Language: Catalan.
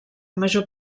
major